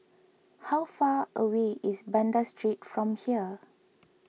how far away is Banda Street from here